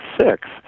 six